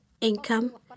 income